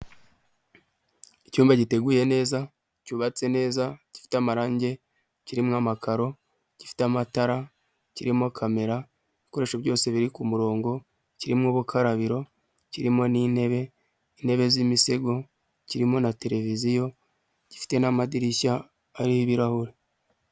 Icyumba giteguye neza cyubatse neza, gifite amarangi kirimo amakaro, gifite amatara kirimo Kamera ibikoresho byose biri ku kumurongo, kirimo ubukarabiro kirimo n'intebe, intebe z'imisego kirimo na televiziyo gifite n'amadirishya ariho ibirahure.